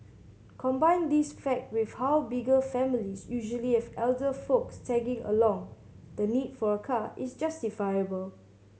combine this fact with how bigger families usually have elderly folks tagging along the need for a car is justifiable